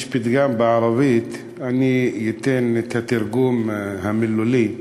יש פתגם בערבית, אני אתן את התרגום המילולי,